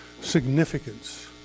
significance